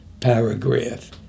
paragraph